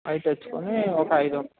అవి తెచ్చుకుని ఒక ఐదు